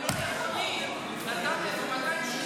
הם לא נכונים, נתתם 260,000